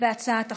בהצעת החוק.